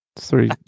three